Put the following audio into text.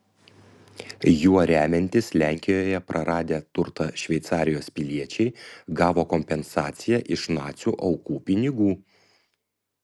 juo remiantis lenkijoje praradę turtą šveicarijos piliečiai gavo kompensaciją iš nacių aukų pinigų